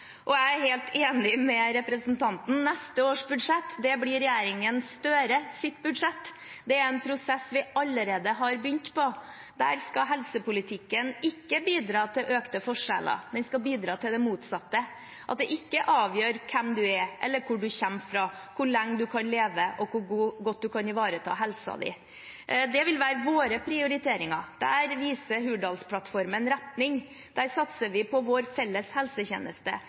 blir regjeringen Støres budsjett. Det er en prosess vi allerede har begynt på. Der skal ikke helsepolitikken bidra til økte forskjeller. Den skal bidra til det motsatte, at det ikke er hvem man er, eller hvor man kommer fra, som avgjør hvor lenge man kan leve, og hvor godt man kan ivareta helsen. Det vil være våre prioriteringer. Der viser Hurdalsplattformen retning. Der satser vi på vår felles helsetjeneste.